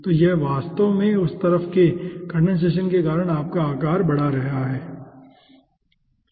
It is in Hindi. तो यह वास्तव में उस तरफ के कंडेनसेशन के कारण अपना आकार बढ़ा रहा है ठीक है